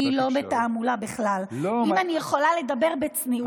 אני בכלל לא בתעמולה, אם אני יכולה לדבר בצניעות.